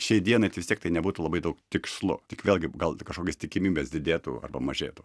šiai dienai tai vis tiek tai nebūtų labai daug tikslu tik vėlgi gal kažkokios tikimybės didėtų arba mažėtų